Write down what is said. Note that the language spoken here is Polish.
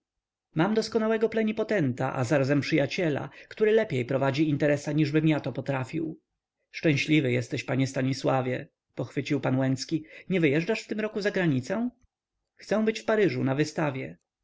mam doskonałego plenipotenta a zarazem przyjaciela który lepiej prowadzi interesa niżbym ja to potrafił szczęśliwy jesteś panie stanisławie pochwycił pan łęcki nie wyjeżdżasz w tym roku za granicę chcę być w paryżu na wystawie